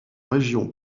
région